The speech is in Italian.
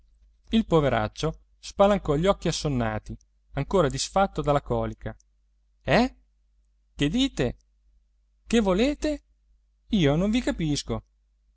il poveraccio spalancò gli occhi assonnati ancora disfatto dalla colica eh che dite che volete io non vi capisco